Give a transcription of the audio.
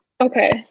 Okay